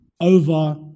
over